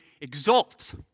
exult